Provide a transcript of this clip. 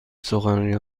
سخنرانی